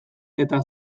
eta